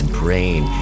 brain